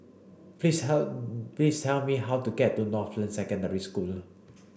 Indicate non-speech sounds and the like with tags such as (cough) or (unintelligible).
please (unintelligible) please tell me how to get to Northland Secondary School